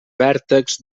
vèrtex